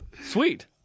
sweet